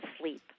sleep